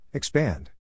Expand